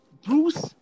Bruce